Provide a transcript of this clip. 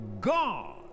God